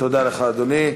תודה לך, אדוני.